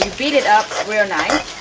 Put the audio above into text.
and beat it up real nice